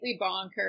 bonkers